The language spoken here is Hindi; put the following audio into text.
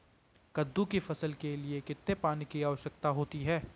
कद्दू की फसल के लिए कितने पानी की आवश्यकता होती है?